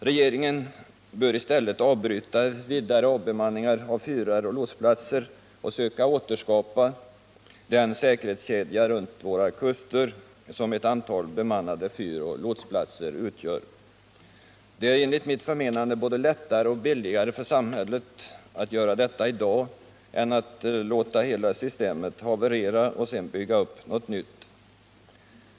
Regeringen bör i stället avbryta vidare avbemanningar av fyrar och lotsplatser och söka återskapa den säkerhetskedja runt våra kuster som ett antal bemannade fyroch lotsplatser utgör. Det är enligt mitt förmenande både lättare och billigare för samhället att göra detta i dag än att först låta hela systemet haverera och sedan bygga upp något nytt.